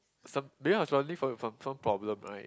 some because I was running from it from some problem right